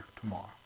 tomorrow